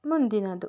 ಮುಂದಿನದು